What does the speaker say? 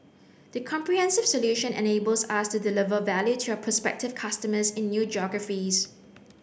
the comprehensive solution enables us to deliver value to our prospective customers in new geographies